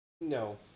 No